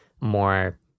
more